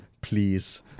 please